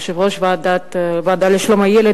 יושב-ראש הוועדה לשלום הילד,